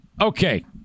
okay